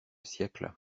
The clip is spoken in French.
siècle